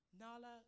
Nala